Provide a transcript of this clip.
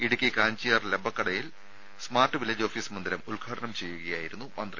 ഇടുക്കി കാഞ്ചിയാർ ലബ്ബക്കടയിൽ smart village office മന്ദിരം ഉദ്ഘാടനം ചെയ്യുകയായിരുന്നു മന്ത്രി